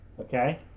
Okay